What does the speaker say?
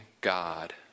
God